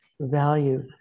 value